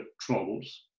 troubles